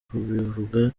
kubivuga